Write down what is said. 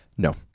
No